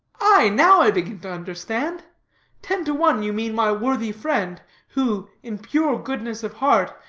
aye, now, i begin to understand ten to one you mean my worthy friend, who, in pure goodness of heart,